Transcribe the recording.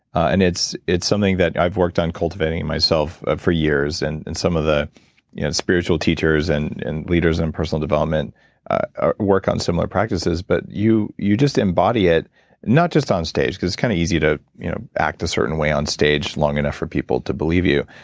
and it's it's something that i've worked on cultivating and myself ah for years. and and some of the spiritual teachers and and leaders, and personal development work on similar practices, but you you just embody it not just onstage because it's kind of easy to act a certain way onstage long enough for people to believe you,